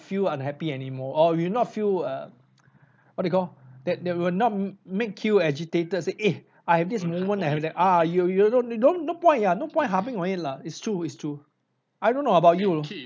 feel unhappy anymore or you will not feel uh what you call that that will not make you agitated say eh I have this moment I have that ah you you don't you don't no point ah no point huffing on it lah it's true it's true I don't know about you